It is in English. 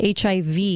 HIV